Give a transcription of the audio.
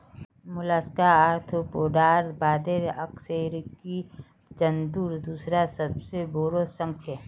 Mollusca आर्थ्रोपोडार बादे अकशेरुकी जंतुर दूसरा सबसे बोरो संघ छे